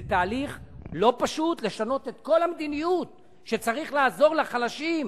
זה תהליך לא פשוט לשנות את כל המדיניות שצריך לעזור לחלשים.